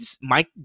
Mike